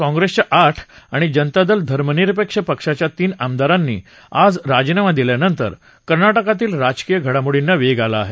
काँग्रेसच्या आठ आणि धर्मनिरपेक्ष जनता दलाच्या तीन आमदारांनी आज राजीनामा दिल्यानंतर कर्नाटकातील राजकीय घडामोडींना वेग आला आहे